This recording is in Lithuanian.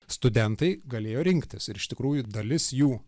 studentai galėjo rinktis ir iš tikrųjų dalis jų